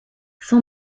son